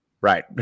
Right